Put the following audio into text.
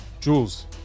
Jules